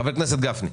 חבר הכנסת גפני,